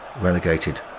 relegated